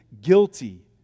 guilty